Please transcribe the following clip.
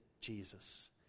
Jesus